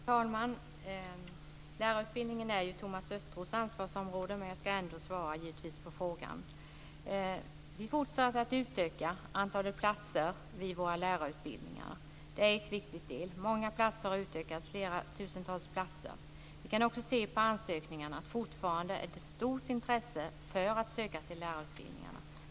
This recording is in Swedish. Fru talman! Lärarutbildningen är ju Thomas Östros ansvarsområde, men jag ska givetvis ändå svara på frågan. Vi fortsätter att utöka antalet platser vid våra lärarutbildningar. Det är en viktig del. Det har skett en utökning med tusentals platser. Av antalet ansökningar kan vi se att det fortfarande finns ett stort intresse för att söka till lärarutbildningarna.